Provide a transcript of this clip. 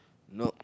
nope